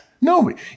No